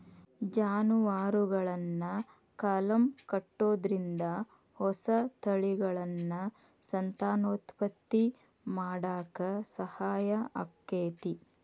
ಜಾನುವಾರುಗಳನ್ನ ಕಲಂ ಕಟ್ಟುದ್ರಿಂದ ಹೊಸ ತಳಿಗಳನ್ನ ಸಂತಾನೋತ್ಪತ್ತಿ ಮಾಡಾಕ ಸಹಾಯ ಆಕ್ಕೆತಿ